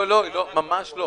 ממש לא,